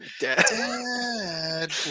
Dad